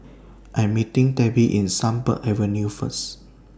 I Am meeting Debbi in Sunbird Avenue First